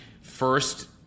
first